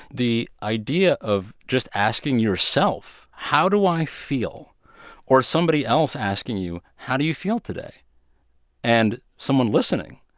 the idea of just asking yourself how do i feel or somebody else asking you how do you feel today and someone listening,